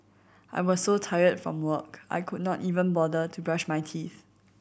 I was so tired from work I could not even bother to brush my teeth